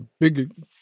big